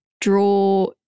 draw